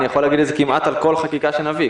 אני יכול להגיד את זה כמעט על כל חקיקה שנביא.